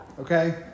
okay